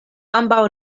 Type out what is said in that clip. ambaŭ